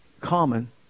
Common